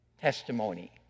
testimony